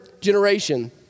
generation